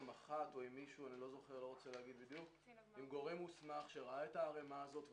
עם גורם מוסמך שראה את הערימה הזאת,